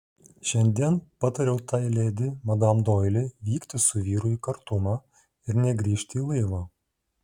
šiandien patariau tai ledi madam doili vykti su vyru į kartumą ir negrįžti į laivą